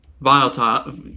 volatile